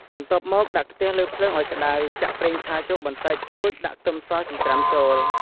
បន្ទាប់មកដាក់ខ្ទះលើភ្លើងឱ្យក្តៅ ចាក់ប្រេងឆាចូលបន្តិច រួចដាក់ខ្ទឹមសចិញ្ច្រាំចូល ។